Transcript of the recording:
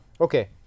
Okay